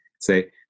say